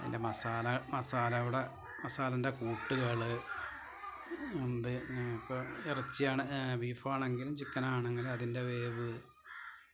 പിന്നെ മസാല മസാലഉടെ മസാലേൻ്റെ കൂട്ടുകള് എന്തേ ഇപ്പോള് ഇറച്ചി ആണ് ബീഫാണെങ്ങിലും ചിക്കനാണെങ്കിലും അതിൻ്റെ വേവ്